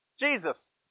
Jesus